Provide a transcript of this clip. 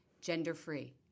gender-free